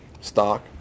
stock